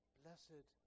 blessed